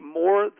more